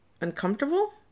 Uncomfortable